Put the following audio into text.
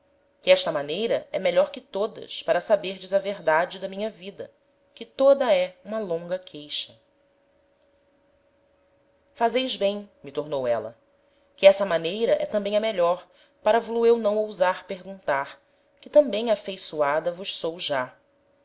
que esta maneira é melhor que todas para saberdes a verdade da minha vida que toda é uma longa queixa fazeis bem me tornou éla que essa maneira é tambem a melhor para vo lo eu não ousar perguntar que tambem afeiçoada vos sou já